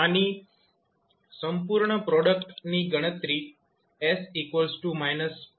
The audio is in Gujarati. આની સંપૂર્ણ પ્રોડક્ટ ની ગણતરી s −p1 પર કરવામાં આવશે